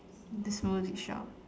the smoothie shop